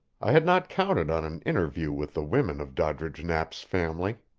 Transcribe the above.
i had not counted on an interview with the women of doddridge knapp's family.